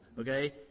Okay